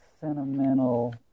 sentimental